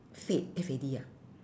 fad F A D ah